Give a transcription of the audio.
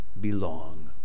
belong